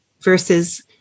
versus